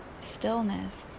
stillness